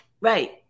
right